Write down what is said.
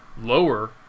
lower